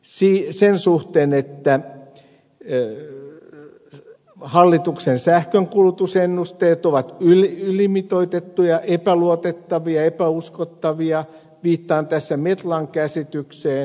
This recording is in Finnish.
sen suhteen että hallituksen sähkönkulutusennusteet ovat ylimitoitettuja epäluotettavia epäuskottavia viittaan tässä metlan käsitykseen